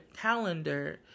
calendar